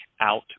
out